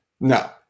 No